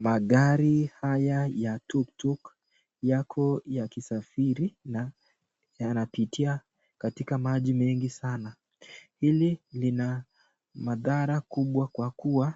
Magari haya ya tuktuk yako yakisafiri na yanapitia katika maji mengi sana. Hili lina madhara kubwa kwa kuwa